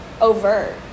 overt